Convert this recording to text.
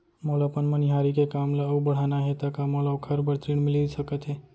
मोला अपन मनिहारी के काम ला अऊ बढ़ाना हे त का मोला ओखर बर ऋण मिलिस सकत हे?